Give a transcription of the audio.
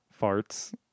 Farts